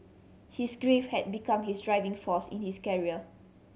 his grief had become his driving force in his carrier